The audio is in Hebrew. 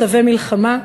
מצבי מלחמה.